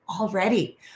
already